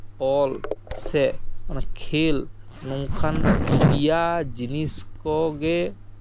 ᱚᱞ ᱥᱮ ᱚᱱᱟ ᱠᱷᱮᱞ ᱱᱚᱝᱠᱟᱱ ᱯᱮᱭᱟ ᱡᱤᱱᱤᱥ ᱠᱚᱜᱮ